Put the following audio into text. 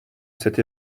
cet